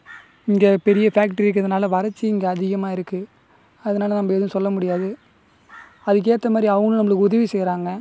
இங்கே பெரிய ஃபேக்ட்ரி இருக்கின்றதுனால வறட்சி இங்கேஅதிகமாக இருக்குது அதனால் நம்ம எதுவும் சொல்ல முடியாது அதுக்கேற்ற மாதிரி அவங்களும் நம்மளுக்கு உதவி செய்கிறாங்க